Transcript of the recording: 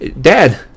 Dad